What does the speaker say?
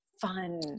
fun